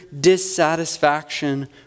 dissatisfaction